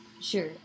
Sure